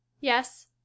Yes